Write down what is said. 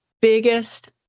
biggest